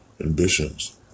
ambitions